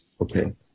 Okay